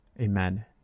Amen